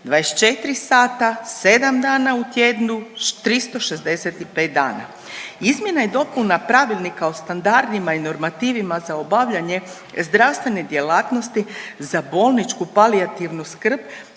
24 sata, 7 dana u tjednu, 365 dana. Izmjena i dopuna Pravilnika o standardima i normativima za obavljanje zdravstvene djelatnosti za bolničku palijativnu skrb